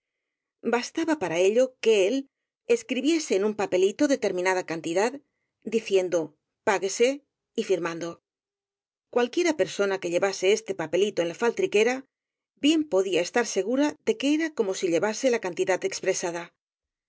bastaba para ello que él escribiese en un papelito determinada cantidad diciendo pagúese y firmando cualquiera persona que llevase este papelito en la faltriquera bien podía estar segura de que era como si llevase la cantidad expresada